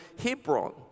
Hebron